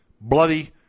bloody